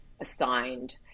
assigned